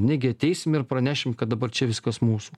negi ateisim ir pranešim kad dabar čia viskas mūsų